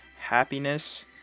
happiness